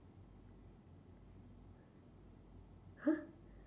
ha